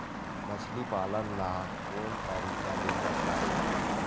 मछली पालन ला कोन तरीका ले करना ये?